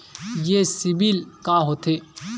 ये सीबिल का होथे?